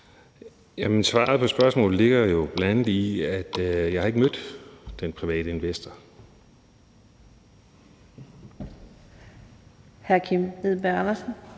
svaret på spørgsmålet ligger jo bl.a. i, at jeg ikke har mødt den private investor.